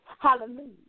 Hallelujah